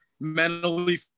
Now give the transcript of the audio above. mentally